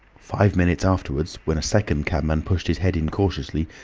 five minutes afterwards when a second cabman pushed his head in cautiously,